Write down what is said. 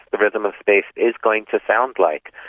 the rhythm of space is going to sound like.